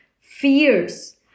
Fears